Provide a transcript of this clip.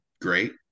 great